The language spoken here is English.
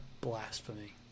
Blasphemy